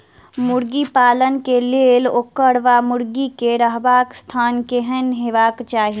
मुर्गी पालन केँ लेल ओकर वा मुर्गी केँ रहबाक स्थान केहन हेबाक चाहि?